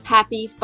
Happy